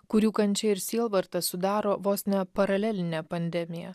kurių kančia ir sielvartas sudaro vos ne paralelinę pandemiją